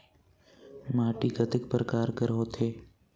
माटी कतेक परकार कर होथे?